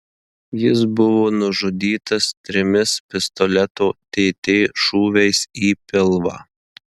jis buvo nužudytas trimis pistoleto tt šūviais į pilvą